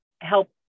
help